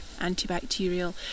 antibacterial